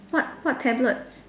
what what tablet